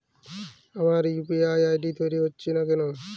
আমার UPI ID তৈরি হচ্ছে না কেনো?